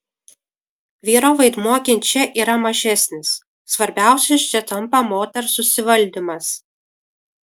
vyro vaidmuo ginče yra mažesnis svarbiausias čia tampa moters susivaldymas